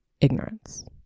ignorance